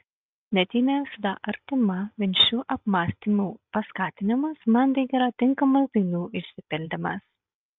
net jei ne visada artima vien šių apmąstymų paskatinimas manding yra tinkamas dainų išsipildymas